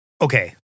okay